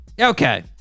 Okay